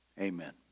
Amen